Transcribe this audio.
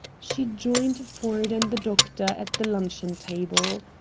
she joined ford and the doctor at the luncheon-table.